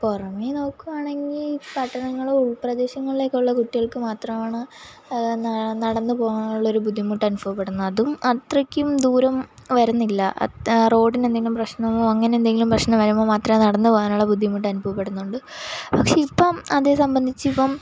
പുറമെ നോക്കുവാണെങ്കില് പട്ടണങ്ങളും ഉൾപ്രദേശങ്ങളിലൊക്കെയുള്ള കുട്ടികൾക്ക് മാത്രമാണ് നടന്ന് പോകാനുള്ളൊരു ബുദ്ധിമുട്ടനുഭവപ്പെടുന്നതും അതും അത്രയ്ക്കും ദൂരം വരുന്നില്ല റോഡിനെന്തെങ്കിലും പ്രശ്നമോ അങ്ങനെ എന്തെങ്കിലും പ്രശ്നം വരുമ്പോള് മാത്രമേ നടന്ന് പോകാനുള്ള ബുദ്ധിമുട്ടനുഭവപ്പെടുന്നുണ്ട് പക്ഷേ ഇപ്പോള് അതേ സംബന്ധിച്ചിപ്പോള്